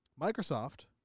Microsoft